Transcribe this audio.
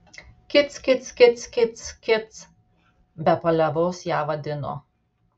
kic kic kic kic be paliovos ją vadino